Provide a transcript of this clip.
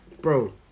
Bro